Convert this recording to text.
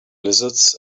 lizards